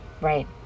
Right